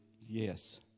Yes